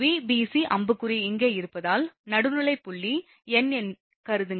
Vbc அம்புக்குறி இங்கே இருப்பதால் நடுநிலைப் புள்ளி n என்று கருதுங்கள்